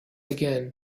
again